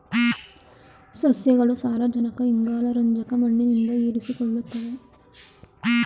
ಸಸ್ಯಗಳು ಸಾರಜನಕ ಇಂಗಾಲ ರಂಜಕ ಮಣ್ಣಿನಿಂದ ಹೀರಿಕೊಳ್ಳುತ್ತವೆ